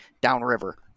downriver